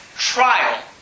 trial